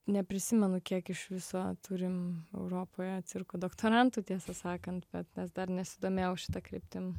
neprisimenu kiek iš viso turim europoje cirko doktorantų tiesą sakant bet dar nesidomėjau šita kryptim